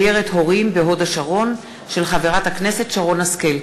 הורים בהוד-השרון, הצעתה של חברת הכנסת שרן השכל.